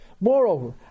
Moreover